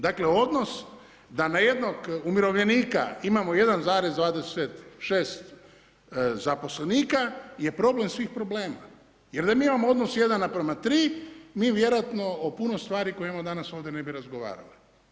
Dakle, odnos da na jednog umirovljenika imamo 1,26 zaposlenika, je problem svih problema, jer da mi imamo odnos 1:3, mi vjerojatno o puno stvari koje imamo danas ovdje ne bi razgovarali.